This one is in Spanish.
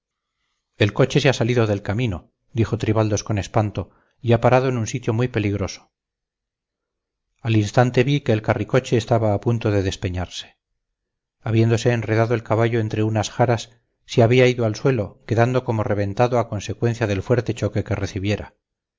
el coche se ha salido del camino dijo tribaldos con espanto y ha parado en un sitio muy peligroso al instante vi que el carricoche estaba a punto de despeñarse habiéndose enredado el caballo entre unas jaras se había ido al suelo quedando como reventado a consecuencia del fuerte choque que recibiera